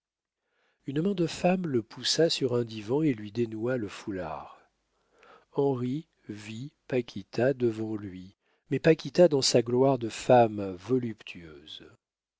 une main de femme le poussa sur un divan et lui dénoua le foulard henri vit paquita devant lui mais paquita dans sa gloire de femme voluptueuse